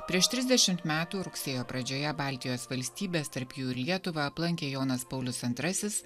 prieš trisdešimt metų rugsėjo pradžioje baltijos valstybes tarp jų ir lietuvą aplankė jonas paulius antrasis